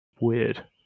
Weird